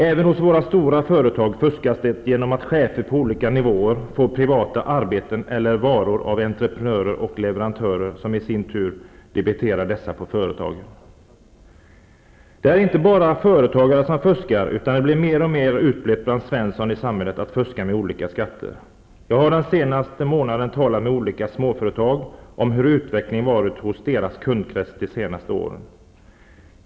Även hos våra stora företag fuskas det genom att chefer på olika nivåer får privata arbeten utförda eller varor för privat bruk av entreprenörer och leverantörer, som i sin tur debiterar dessa på företagen. Det är inte bara företagare som fuskar, utan det blir mer och mer utbrett bland Svensson i samhället att fuska med olika skatter. Jag har den senaste månaden talat med olika småföretagare om hur utvecklingen har varit hos deras kundkrets de senaste åren.